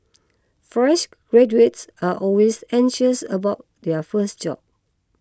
fresh graduates are always anxious about their first job